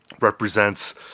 represents